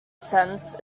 cents